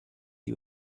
you